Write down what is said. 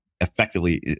effectively